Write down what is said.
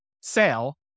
sale